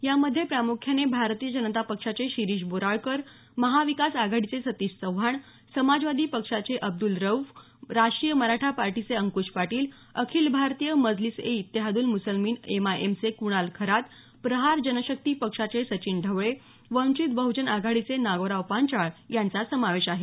यामध्ये प्रामुख्याने भारतीय जनता पक्षाचे शिरीष बोराळकर महाविकास आघाडीचे सतीश चव्हाण समाजवादी पक्षाचे अब्दुल रऊफ राष्ट्रीय मराठा पार्टीचे अंकुश पाटील अखिल भारतीय मजलिस ए इत्तेहादूल मुसलमिन एमआयएमचे कुणाल खरात प्रहार जनशक्ती पक्षाचे सचिन ढवळे वंचित बह्जन आघाडीचे नागोराव पांचाळ यांचा समावेश आहे